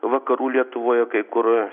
vakarų lietuvoje kai kur